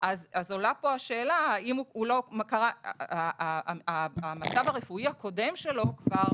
אז עולה פה שאלה האם המצב הרפואי הקודם שלו כבר